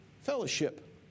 Fellowship